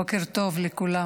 בוקר טוב לכולם,